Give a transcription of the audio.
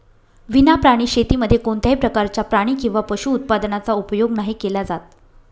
विना प्राणी शेतीमध्ये कोणत्याही प्रकारच्या प्राणी किंवा पशु उत्पादनाचा उपयोग नाही केला जात